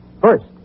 First